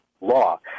law